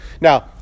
Now